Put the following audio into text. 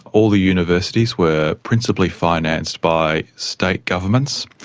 all the universities were principally financed by state governments.